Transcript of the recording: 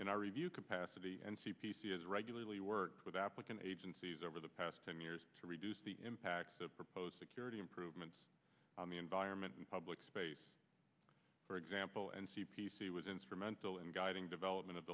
in our review capacity and c p c is regularly worked with applicant agencies over the past ten years to reduce the impact of proposed security improvements on the environment and public space for example and c p c was instrumental in guiding development of